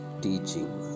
teaching